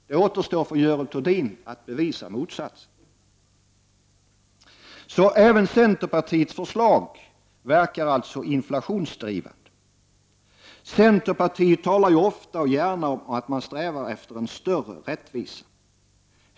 Det återstår för Görel Thurdin att bevisa att detta inte stämmer. Även centerpartiets förslag verkar alltså inflationsdrivande. Centerpartiet talar ju ofta och gärna om att man strävar efter en större rättvisa.